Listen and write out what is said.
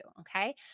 okay